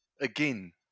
again